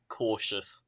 cautious